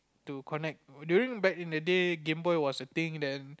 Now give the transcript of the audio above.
to connect during back in the day GameBoy was a thing then